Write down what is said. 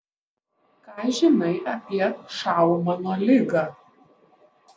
ką žinai apie šaumano ligą